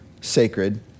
sacred